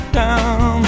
down